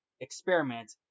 experiment